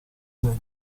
serie